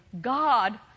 God